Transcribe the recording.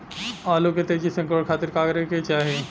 आलू के तेजी से अंकूरण खातीर का करे के चाही?